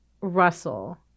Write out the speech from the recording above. Russell